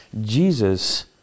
Jesus